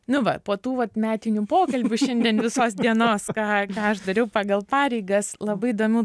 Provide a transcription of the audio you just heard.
nu va po tų vat metinių pokalbių šiandien visos dienos ką ką aš dariau pagal pareigas labai įdomių